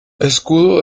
escudo